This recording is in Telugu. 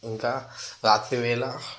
ఇంకా రాత్రివేళ